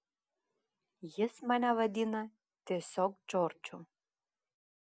jis mane vadina tiesiog džordžu